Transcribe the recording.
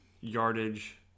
yardage